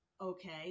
Okay